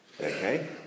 Okay